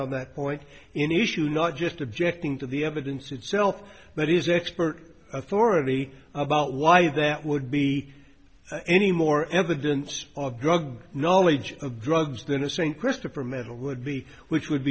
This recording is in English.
on that point in issue not just objecting to the evidence itself that is expert authority about why that would be any more evidence of drug knowledge of drugs than a st christopher medal would be which would